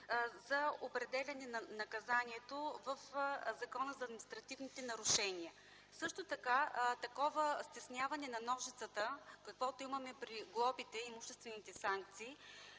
за определяне на наказанието в Закона за административните нарушения. Също така такова стесняване на ножицата, каквото имаме при глобите и имуществените санкции,